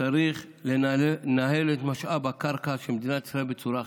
צריך לנהל את משאב הקרקע של מדינת ישראל בצורה אחרת.